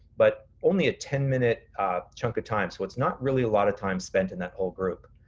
but only a ten minute chunk of time. so it's not really a lot of time spent in that whole group.